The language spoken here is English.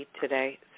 today